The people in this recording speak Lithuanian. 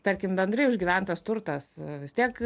tarkim bendrai užgyventas turtas vis tiek